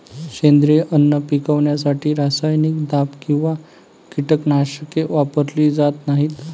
सेंद्रिय अन्न पिकवण्यासाठी रासायनिक दाब किंवा कीटकनाशके वापरली जात नाहीत